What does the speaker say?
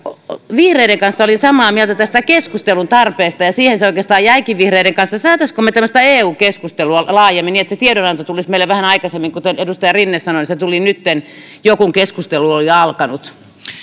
vihreiden kanssa olin samaa mieltä tästä keskustelun tarpeesta ja siihen se oikeastaan jäikin vihreiden kanssa saisimmeko me tämmöistä eu keskustelua laajemmin niin että se tiedonanto tulisi meille vähän aikaisemmin kuten edustaja rinne sanoi se tuli nytten kun keskustelu oli jo alkanut